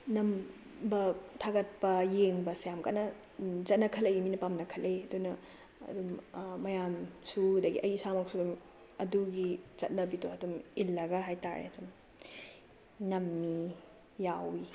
ꯅꯝꯕ ꯊꯥꯒꯠꯄ ꯌꯥꯔꯡꯕꯁꯦ ꯌꯥꯝ ꯀꯟꯅ ꯆꯠꯅꯈꯠꯂꯛꯏ ꯃꯤꯅ ꯄꯥꯝꯅꯈꯠꯂꯛꯏ ꯑꯗꯨꯅ ꯃꯌꯥꯝꯁꯨ ꯑꯗꯩꯒꯤ ꯑꯩ ꯏꯁꯥꯃꯛꯁꯨ ꯑꯗꯨꯝ ꯑꯗꯨꯒꯤ ꯆꯠꯅꯕꯤꯗꯣ ꯑꯗꯨꯝ ꯏꯜꯂꯒ ꯍꯥꯏꯇꯔꯦ ꯑꯗꯨꯝ ꯅꯝꯃꯤ ꯌꯥꯎꯏ